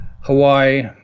Hawaii